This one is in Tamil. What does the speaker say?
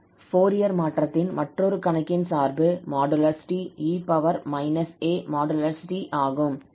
ஃபோரியர் மாற்றத்தின் மற்றொரு கணக்கின் சார்பு |𝑡|𝑒−𝑎|𝑡| ஆகும்